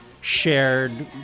shared